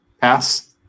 pass